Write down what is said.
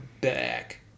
back